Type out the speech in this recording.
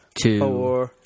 two